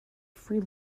free